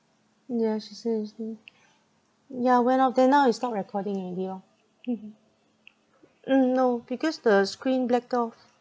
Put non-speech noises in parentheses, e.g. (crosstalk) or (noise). yeah she say is not yeah went out there now is not recording already lor (laughs) mm no because the screen black off